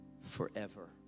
forever